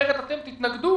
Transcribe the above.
אחרת אתם תתנגדו